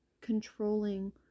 controlling